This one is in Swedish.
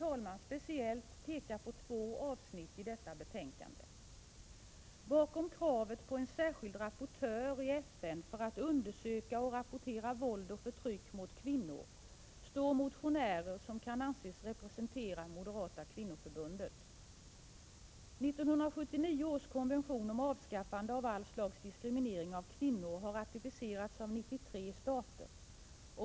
Jag vill speciellt peka på två avsnitt i detta betänkande: Bakom kravet på en särskild rapportör i FN för att undersöka och rapportera våld och förtryck mot kvinnor står motionärer som kan anses representera det moderata kvinnoförbundet. 1979 års konvention om avskaffande av all slags diskriminering av kvinnor har ratificerats av 93 stater.